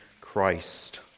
Christ